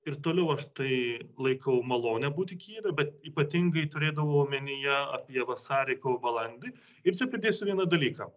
ir toliau aš tai laikau malone būti kijeve bet ypatingai turėdavau omenyje apie vasarį kovą balandį ir čia pridėsiu vieną dalyką